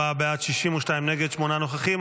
44 בעד, 62 נגד, שמונה נוכחים.